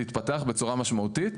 להתפתח בצורה משמעותית.